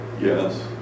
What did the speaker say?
Yes